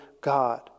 God